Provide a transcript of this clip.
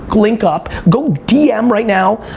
link up, go dm right now,